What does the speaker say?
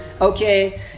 okay